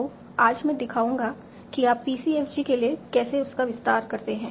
तो आज मैं दिखाऊंगा कि आप PCFG के लिए कैसे उसका विस्तार करते हैं